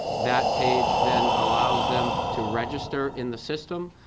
that page then allows them to register in the system.